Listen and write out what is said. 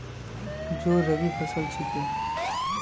जौ रबी फसल छिके